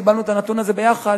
קיבלנו את הנתון הזה ביחד,